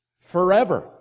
forever